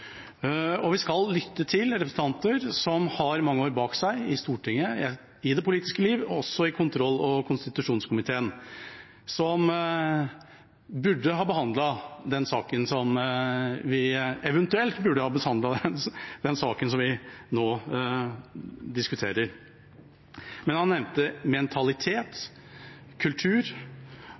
Vi skal lytte til representanter som har mange år bak seg i Stortinget og i det politiske livet, og også i kontroll- og konstitusjonskomiteen, som eventuelt burde ha behandlet den saken vi